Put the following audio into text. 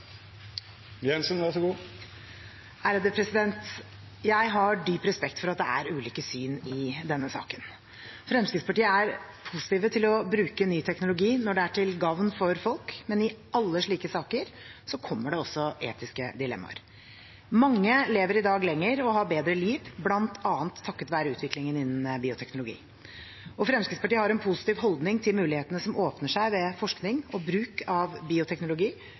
til å bruke ny teknologi når det er til gagn for folk, men i alle slike saker kommer det også etiske dilemmaer. Mange lever i dag lenger og har bedre liv bl.a. takket være utviklingen innen bioteknologi. Fremskrittspartiet har en positiv holdning til mulighetene som åpner seg ved forskning og bruk av bioteknologi,